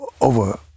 over